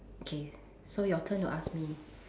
okay so your turn to ask me